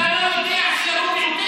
אתה לא יודע שהוא אוטיסט?